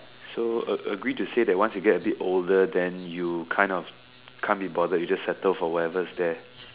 so a agree to say that once you get a bit older then you kind of can't be bothered you just settle for whatever's there